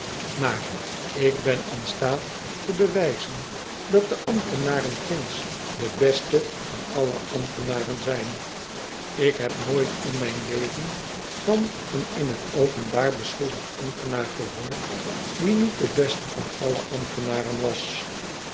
maar ik ben in staat te bewyzen dat de ambtenaren ginds de beste van alle ambtenaren zijn ik heb nooit in mijn leven van een in t openbaar beschuldigd ambtenaar gehoord die niet de beste van alle ambtenaren was